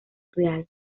real